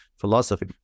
philosophy